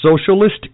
Socialist